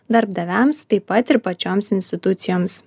darbdaviams taip pat ir pačioms institucijoms